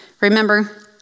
Remember